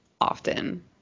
often